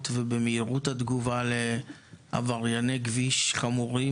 ובמהירות התגובה לעברייני כביש חמורים,